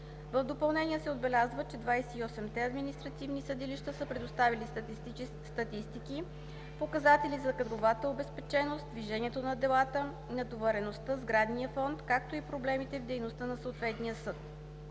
В допълнение се отбеляза, че 28-те административни съдилища са предоставили статистика – показатели за: кадровата обезпеченост, движението на делата, натовареността, сградния фонд, както и проблемите в дейността на съответния съд.